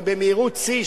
ובמהירות שיא,